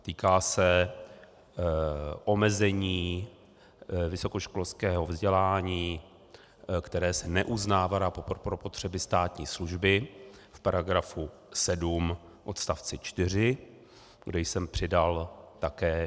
Týká se omezení vysokoškolského vzdělání, které se neuznává pro potřeby státní služby v § 7 odst. 4, kde jsem přidal také